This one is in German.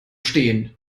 stehen